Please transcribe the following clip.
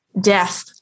death